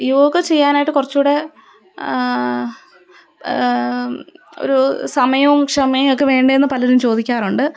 യോഗ ചെയ്യാനായിട്ട് കുറച്ചുകൂടെ ഒരു സമയവും ക്ഷമയും ഒക്കെ വേണ്ടേഎന്നു പലരും ചോദിക്കാറുണ്ട്